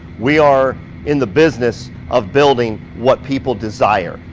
we are in the business of building what people desire.